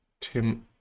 Tim